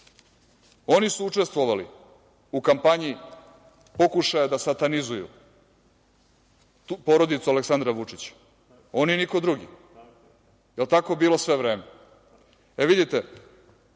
su učestvovali u kampanji pokušaja da satanizuju porodicu Aleksandra Vučića, oni niko drugi. Jel tako bilo sve vreme? E, vidite